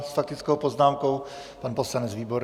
S faktickou poznámkou pan poslanec Výborný.